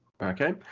okay